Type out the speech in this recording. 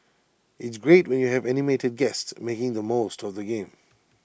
it's great when you have animated guests making the most of the game